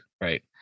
right